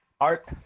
Art